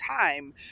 time